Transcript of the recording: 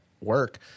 work